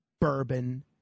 bourbon